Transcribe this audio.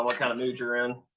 um kind of mood you're in,